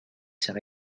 sait